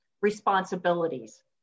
responsibilities